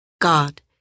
God